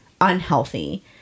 unhealthy